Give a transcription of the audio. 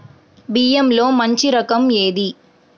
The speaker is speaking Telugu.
బియ్యంలో మంచి రకం ఏది?